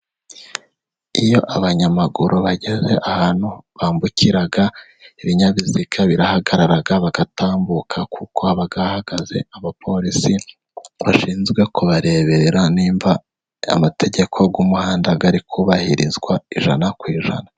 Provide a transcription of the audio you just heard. Iyo abanyamaguru bageze ahantu bambukira, ibinyabiziga birahagarara bagatambuka, kuko haba hahagaze abaporisi bashinzwe kubarebera nimba amategeko y'umuhanda ari kubahirizwa ijana ku ijana.